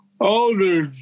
older